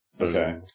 Okay